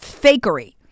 fakery